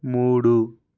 మూడు